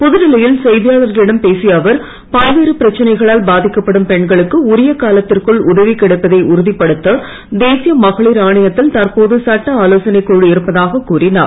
புதுடில்லி யில் செய்தியாளர்களிடம் பேசிய அவர் பல்வேறு பிரச்சனைகளால் பாதிக்கப்படும் பெண்களுக்கு உரிய காலத்திற்குள் உதவி கிடைப்பதை உறுதிப்படுத்த தேசிய மகளிர் ஆணையத்தில் தற்போது சட்ட ஆலோசனைக் குழு இருப்பதாகக் கூறினார்